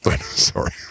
Sorry